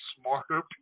smarter